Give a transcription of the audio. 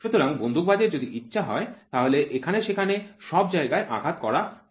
সুতরাং বন্দুকবাজের যদি ইচ্ছা হয় তাহলে এখানে সেখানে সব জায়গায় আঘাত করা সম্ভব